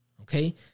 Okay